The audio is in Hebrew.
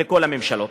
ולכל הממשלות.